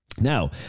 Now